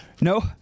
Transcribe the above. no